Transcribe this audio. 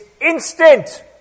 instant